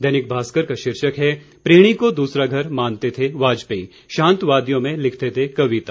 दैनिक भास्कर का शीर्षक है प्रीणी को दूसरा घर मानते थे वाजपेयी शांत वादियों में लिखते थे कविता